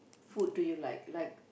food do you like like